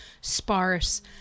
sparse